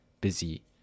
busy